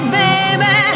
baby